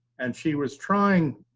and she was trying,